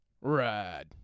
ride